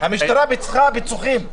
המשטרה פיצחה פיצוחים.